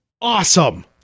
awesome